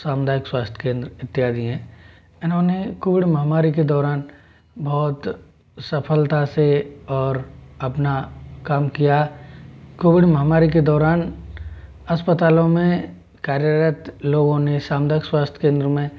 सामुदायिक स्वास्थ्य केंद्र इत्यादि हैं इन्होने कोविड महामारी के दौरान बहुत सफलता से और अपना काम किया कोविड महामारी के दौरान अस्पतालों में कार्यरत लोगों ने सामुदायिक स्वास्थ्य केंद्र में